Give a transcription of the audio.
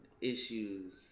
issues